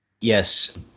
Yes